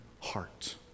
heart